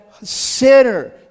sinner